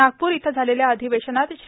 नागपूर इथं झालेल्या अधिवेशनात श्री